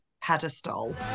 pedestal